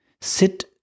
sit